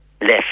left